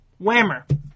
Whammer